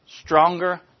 stronger